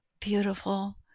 beautiful